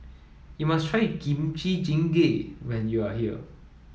you must try Kimchi Jjigae when you are here